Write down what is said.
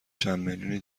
چندمیلیونی